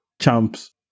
Champs